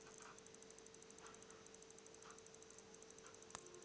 Bank विवरणावरील व्यवहाराची पडताळणी कशी करावी?